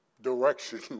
direction